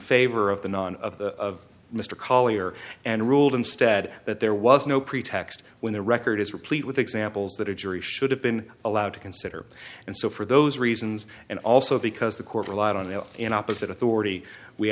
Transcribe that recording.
favor of the non of mr collyer and ruled instead that there was no pretext when the record is replete with examples that a jury should have been allowed to consider and so for those reasons and also because the court relied on the in opposite authority we